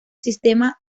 sistema